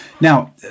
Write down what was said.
now